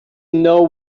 know